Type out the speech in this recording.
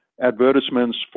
advertisements